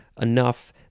enough